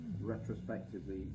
retrospectively